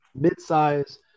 midsize